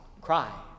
cry